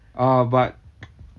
ah but